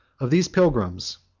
of these pilgrims,